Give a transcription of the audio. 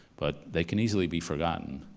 but they can easily be forgotten.